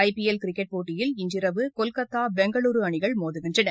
IPL cricket போட்டியில் இன்றிரவு கொல்கத்தா பெங்களூரு அணிகள் மோதுகின்றன